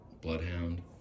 bloodhound